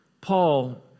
Paul